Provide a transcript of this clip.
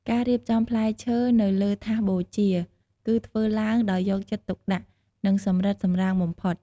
ការរៀបចំផ្លែឈើនៅលើថាសបូជា គឺធ្វើឡើងដោយយកចិត្តទុកដាក់ និងសម្រិតសម្រាំងបំផុត។